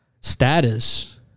status